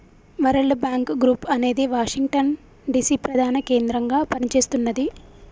world Bank Group అనేది Washington DC ప్రధాన కేంద్రంగా పనిచేస్తున్నది